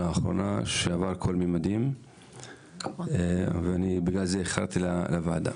האחרונה שעבר את כל השיאים ובגלל זה אני איחרתי לוועדה.